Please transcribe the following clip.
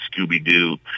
Scooby-Doo